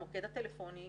המוקד הטלפוני,